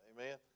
Amen